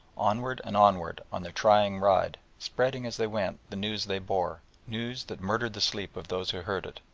onward and onward on their trying ride, spreading as they went the news they bore, news that murdered the sleep of those who heard it,